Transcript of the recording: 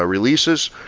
ah releases.